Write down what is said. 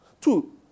Two